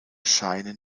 scheine